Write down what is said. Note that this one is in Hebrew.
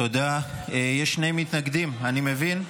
תודה, יש שני מתנגדים, אני מבין.